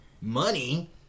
money